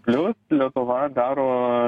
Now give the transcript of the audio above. plius lietuva daro